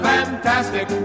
Fantastic